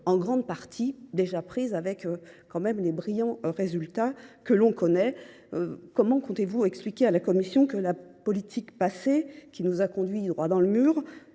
en grande partie déjà été prises, avec les brillants résultats que l’on connaît… Comment comptez vous expliquer à la Commission européenne que cette politique passée, qui nous a conduits droit dans le mur,